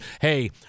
hey